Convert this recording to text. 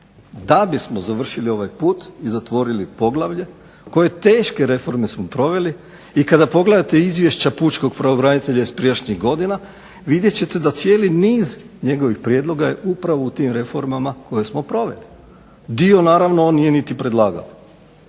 da bismo završili ovaj put i zatvorili poglavlje koje teške reforme smo proveli i kada pogledate izvješća pučkog pravobranitelja iz prijašnjih godina, vidjet ćete da cijeli niz njegovih prijedloga je upravo u tim reformama koje smo proveli. Dio naravno on nije niti predlagao.